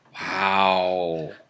Wow